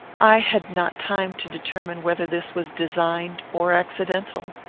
i had not time to determine whether this was designed or accidental.